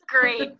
great